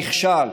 נכשל.